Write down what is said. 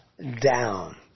down